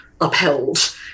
upheld